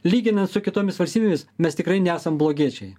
lyginant su kitomis valstybėmis mes tikrai nesam blogiečiai